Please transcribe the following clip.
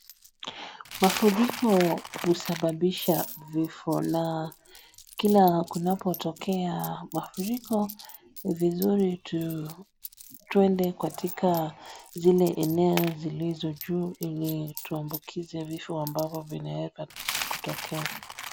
Mafuriko husababisha vifo na kila kunapotokea mafuriko ni vizuri tuende katika zile eneo zilizo juu ili tuambukize vifo ambavyo vinaweza kutokea.